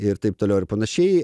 ir taip toliau ir panašiai